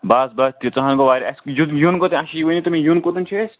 بَس بَس تیٖژاہ ہن گوٚو واریاہ اَسہِ یُن یُن کوٚتن اَچھا ؤنۍتو مےٚ یُن کوٚتَن چھِ اَسہِ